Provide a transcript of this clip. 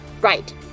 Right